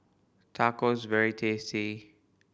tacos is very tasty